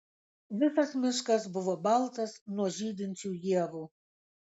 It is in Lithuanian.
visas miškas buvo baltas nuo žydinčių ievų